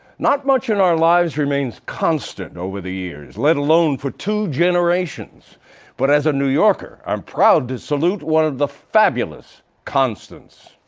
not much in our lives remains constant over the years let alone for two generations but as a new yorker i'm proud to salute one of the fabulous constants.